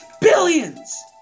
Billions